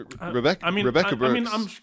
Rebecca